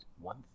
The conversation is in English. one